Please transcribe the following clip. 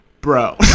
bro